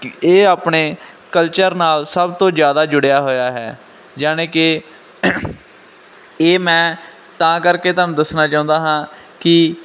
ਇਹ ਆਪਣੇ ਕਲਚਰ ਨਾਲ ਸਭ ਤੋਂ ਜ਼ਿਆਦਾ ਜੁੜਿਆ ਹੋਇਆ ਹੈ ਜਾਨੀ ਕਿ ਇਹ ਮੈਂ ਤਾਂ ਕਰਕੇ ਤੁਹਾਨੂੰ ਦੱਸਣਾ ਚਾਹੁੰਦਾ ਹਾਂ ਕਿ